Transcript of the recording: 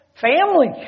family